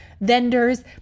vendors